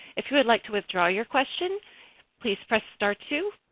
if you would like to withdraw your question please press star two.